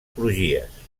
crugies